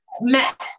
met